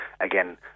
again